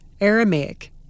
Aramaic